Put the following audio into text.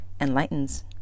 enlightens